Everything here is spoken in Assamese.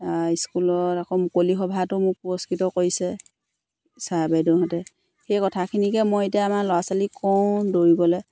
স্কুলত আকৌ মুকলি সভাটো মোক পুৰস্কৃত কৰিছে ছাৰ বাইদেউহঁতে সেই কথাখিনিকে মই এতিয়া আমাৰ ল'ৰা ছোৱালীক কওঁ দৌৰিবলৈ